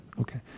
okay